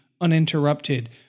uninterrupted